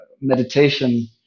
meditation